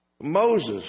Moses